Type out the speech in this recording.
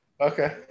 Okay